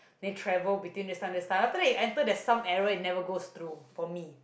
they travel between this side this side after that it enter there's some errors it never go through for me